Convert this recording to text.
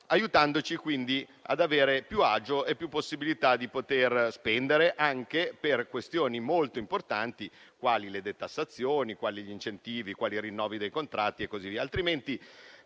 aiutandoci ad avere più agio e più possibilità di spendere anche per questioni molto importanti quali le detassazioni, gli incentivi e i rinnovi dei contratti. Se non hai